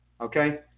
Okay